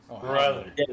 Brother